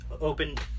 opened